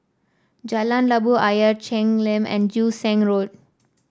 Jalan Labu Ayer Cheng Lim and Joo Seng Road